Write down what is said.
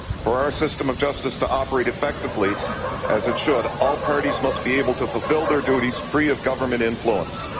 for our system of justice to operate effectively as it should, all parties must be able to fulfil their duties free of government influence.